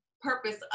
purpose